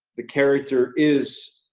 the character is,